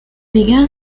began